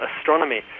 astronomy